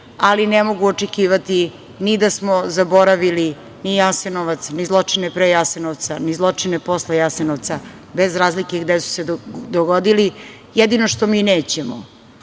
ali ne mogu očekivati ni da smo zaboravili Jasenovac, ni zločine pre Jasenovca, ni zločince posle Jasenovca, bez razlike gde su se dogodili. Jedino što mi nećemo,